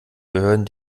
behörden